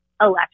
election